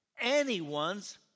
anyone's